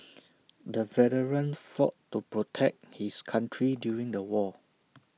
the veteran fought to protect his country during the war